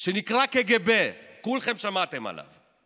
שנקרא קג"ב, כולכם שמעתם עליו.